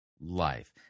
life